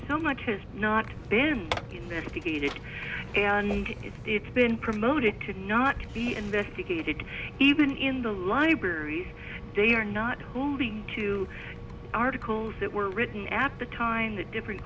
so much has not been investigated it's been promoted to not be investigated even in the libraries they are not moving to articles that were written at the time the different